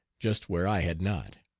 just where i had not.